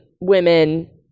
women